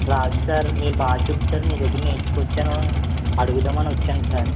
రాదు సార్ మీరు బాగా చెప్తారు మీ దగ్గర నేర్చుకోవచ్చు అని అడుగుదాం అని వచ్చాను సార్